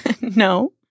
No